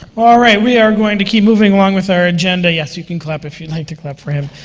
alright, we are going to keep moving along with our agenda. yes, you can clap, if you'd like to clap for him.